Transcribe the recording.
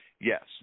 yes